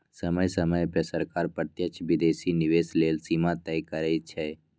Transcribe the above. समय समय पर सरकार प्रत्यक्ष विदेशी निवेश लेल सीमा तय करइ छै